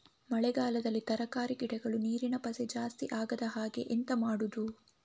ಮಳೆಗಾಲದಲ್ಲಿ ತರಕಾರಿ ಗಿಡಗಳು ನೀರಿನ ಪಸೆ ಜಾಸ್ತಿ ಆಗದಹಾಗೆ ಎಂತ ಮಾಡುದು?